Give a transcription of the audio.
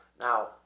Now